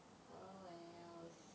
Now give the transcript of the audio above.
oh wells